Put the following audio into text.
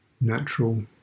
natural